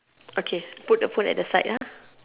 okay put the food at the side